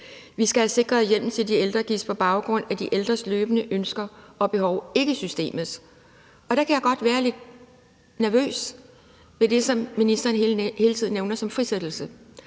Vi skal have sikret, at hjælpen til de ældre gives på baggrund af de ældres løbende ønsker og behov og ikke systemets, og der kan jeg godt være lidt nervøs ved det, som ministeren hele tiden nævner som frisættelse,